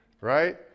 right